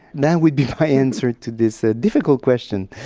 that would be my answer to this ah difficult question.